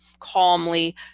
calmly